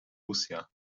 lucia